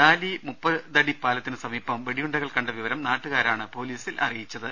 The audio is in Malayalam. ഡാലി മുപ്പതടിപ്പാലത്തിനു സമീപം വെടിയുണ്ടകൾ കണ്ടവിവരം നാട്ടുകാരാണ് പോലീസിൽ അറിയിച്ചത്